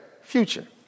future